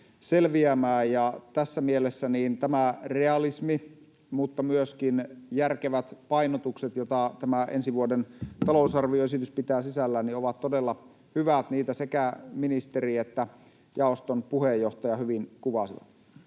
selviämään. Tässä mielessä tämä realismi mutta myöskin järkevät painotukset, joita tämä ensi vuoden talousarvioesitys pitää sisällään, ovat todella hyvät. Niitä sekä ministeri että jaoston puheenjohtaja hyvin kuvasivat.